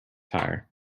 tyre